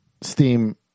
Steam